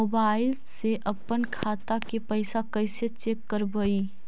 Mobile से अपन खाता के पैसा कैसे चेक करबई?